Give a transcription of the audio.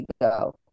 go